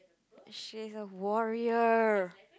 she's a warrior